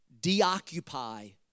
deoccupy